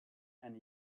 and